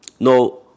no